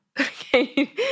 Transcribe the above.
Okay